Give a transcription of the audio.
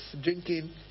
drinking